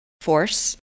force